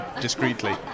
discreetly